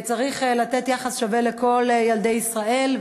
צריך לתת יחס שווה לכל ילדי ישראל,